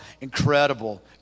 incredible